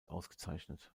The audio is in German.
ausgezeichnet